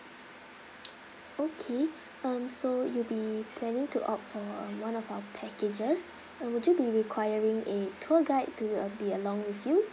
okay um so you'll be planning to opt for um one of our packages or would you be requiring a tour guide to uh be along with you